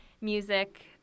music